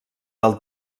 del